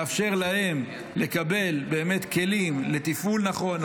לאפשר להן לקבל כלים לתפעול נכון.